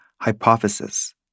hypothesis